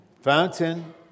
Fountain